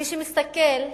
מי שמסתכל,